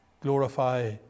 glorify